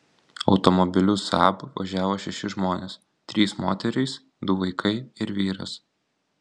automobiliu saab važiavo šeši žmonės trys moterys du vaikai ir vyras